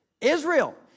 Israel